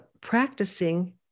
practicing